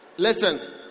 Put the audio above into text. Listen